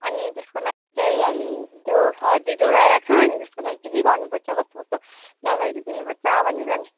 अनि त्यसको लागि चाहिँ अनि त्यो सर्दी जोरो आइरहेको छ अनि त्यसको लागि के के गर्नुपर्छ कस्तो कस्तो दवाईहरू दिनुपर्छ भनेर नि